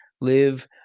live